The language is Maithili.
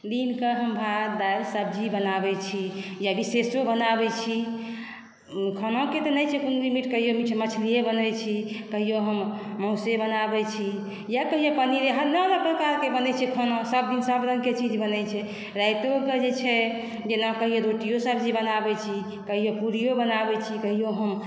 दिन कऽ हम भात दालि सब्जी बनाबै छी या विशेषो बनाबै छी खानाके तऽ नहि छै कोनो लिमिट कहियो मछलीये बनबै छी कहियो हम माउसे बनाबै छी या कहियो पनीरे नव नव प्रकारके बनै छै खाना सबदिन सब रंगके चीज बनै छै रातिओ कऽ जे छै जेना कहियो रोटियो सब्जी बनाबै छी कहियो पूरियो बनाबै छी कहियो हम